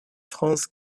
france